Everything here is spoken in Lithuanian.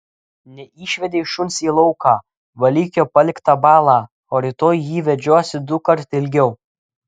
neišvedei šuns į lauką valyk jo paliktą balą o rytoj jį vedžiosi dukart ilgiau